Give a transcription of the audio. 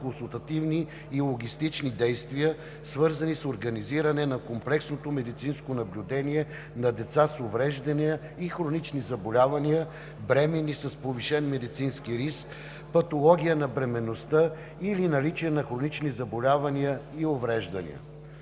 консултативни и логистични действия, свързани с организиране на комплексното медицинско наблюдение на деца с увреждания и хронични заболявания, бременни с повишен медицински риск, патология на бременността или наличие на хронични заболявания и увреждания.